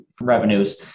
revenues